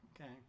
Okay